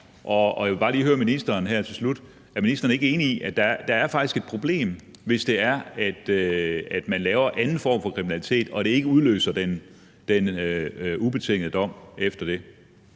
og jeg vil bare lige høre ministeren her til slut: Er ministeren ikke enig i, at der faktisk er et problem, hvis det er sådan, at laver man anden form for kriminalitet, udløser det ikke den ubetingede dom efter det?